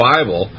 Bible